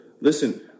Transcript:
listen